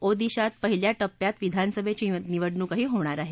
ओदिशात पहिल्या टप्प्यात विधानसभेची निवडणूकही होणार अहे